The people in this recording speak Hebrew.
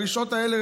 הרשעות האלה,